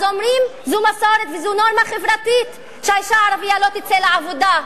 אומרים: זו מסורת וזו נורמה חברתית שהאשה הערבייה לא תצא לעבודה.